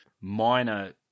minor